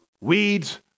weeds